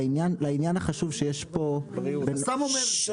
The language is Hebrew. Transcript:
הוא סתם אומר דברים.